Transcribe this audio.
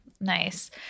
Nice